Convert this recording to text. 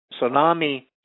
tsunami